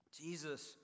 Jesus